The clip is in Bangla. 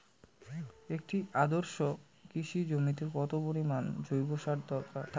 একটি আদর্শ কৃষি জমিতে কত পরিমাণ জৈব সার থাকা দরকার?